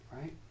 right